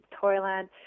Toyland